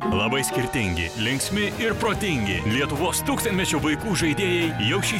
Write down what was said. labai skirtingi linksmi ir protingi lietuvos tūkstantmečio vaikų žaidėjai jau šį